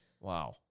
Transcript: Wow